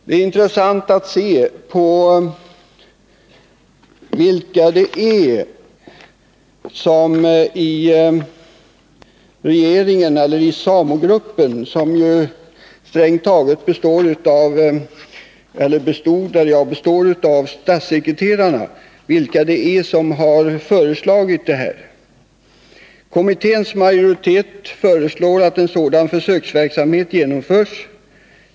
Det är intressant att se vilka det är i SAMO-gruppen — som strängt taget består av statssekreterarna — som har föreslagit det här försöket. Kommitténs majoritet föreslår att en sådan försöksverksamhet skall genomföras.